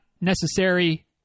necessary